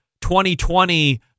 2020